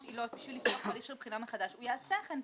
עילות שמצריכות הליך של בחינה מחדש הוא יעשה כן.